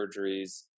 surgeries